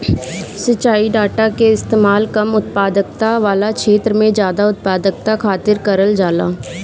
सिंचाई डाटा कअ इस्तेमाल कम उत्पादकता वाला छेत्र में जादा उत्पादकता खातिर करल जाला